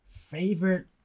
favorite